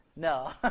no